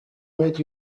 made